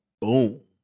Boom